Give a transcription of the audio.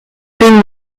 been